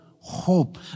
Hope